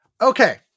Okay